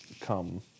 come